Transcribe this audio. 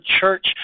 church